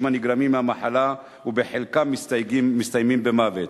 הנגרמים מהמחלה וחלקם מסתיימים במוות.